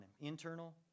internal